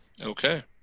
Okay